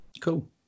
Cool